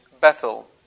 Bethel